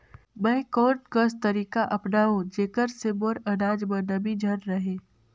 मैं कोन कस तरीका अपनाओं जेकर से मोर अनाज म नमी झन रहे?